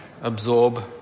absorb